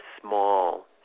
small